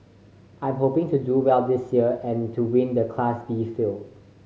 I'm hoping to do well this year and to win the Class B field